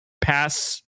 pass